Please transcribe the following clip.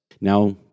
Now